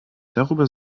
darüber